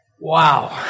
Wow